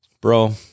Bro